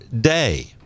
day